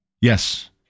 Yes